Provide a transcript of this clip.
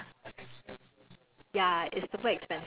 like it will I will never be able to do it